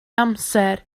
amser